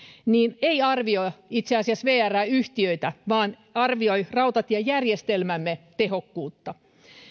ei arvioi itse asiassa vrn yhtiöitä vaan rautatiejärjestelmämme tehokkuutta